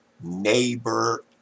neighbor